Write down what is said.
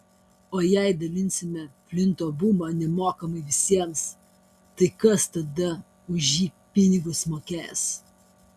o jei dalinsime flinto bumą nemokamai visiems tai kas tada už jį pinigus mokės